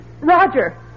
Roger